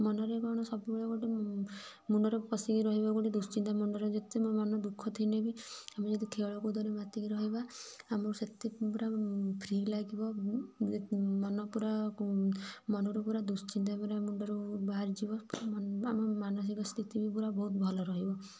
ମନରେ କଣ ସବୁବେଳେ ଗୋଟେ ମୁଣ୍ଡରେ ପଶିକି ରହିବ ଗୋଟେ ଦୁଃଶ୍ଚିନ୍ତା ମନରେ ଯେତେ ମୋ ମନ ଦୁଃଖ ଥିନେ ବି ଆମେ ଯଦି ଖେଳ କୁଦରେ ମାତିକି ରହିବା ଆମକୁ ସେତେ ପୁରା ଫ୍ରି ଲାଗିବ ଯେ ମନ ପୁରା ମନରୁ ପୁରା ଦୁଶ୍ଚିନ୍ତା ପୁରା ମୁଣ୍ଡରୁ ବାହାରି ଯିବ ମନ ଆମ ମାନସିକ ସ୍ଥିତି ବି ପୁରା ବହୁତ ଭଲ ରହିବ